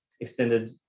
extended